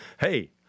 hey